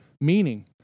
meaning